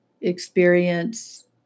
experience